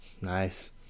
Nice